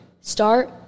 Start